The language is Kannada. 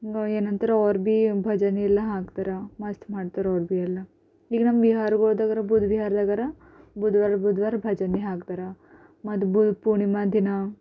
ನೊ ಏನಂತಾರೆ ಅವ್ರು ಭೀ ಭಜನೆ ಎಲ್ಲ ಹಾಕ್ತಾರೆ ಮಸ್ತ್ ಮಾಡ್ತಾರೆ ಅವ್ರು ಭೀ ಎಲ್ಲ ಈಗ ನಮ್ಮ ಬಿಹಾರ್ಗೋದಾಗಿರ್ಬೋದು ಬಿಹಾರ್ದಾಗರ ಬುಧವಾರ ಬುಧವಾರ ಭಜನೆ ಹಾಕ್ತಾರೆ ಮತ್ ಪೂರ್ಣಿಮ ದಿನ